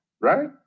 right